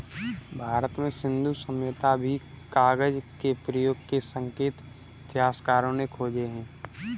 भारत में सिन्धु सभ्यता में भी कागज के प्रयोग के संकेत इतिहासकारों ने खोजे हैं